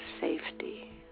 safety